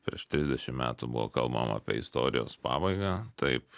prieš trisdešim metų buvo kalbama apie istorijos pabaigą taip